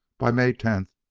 by may tenth,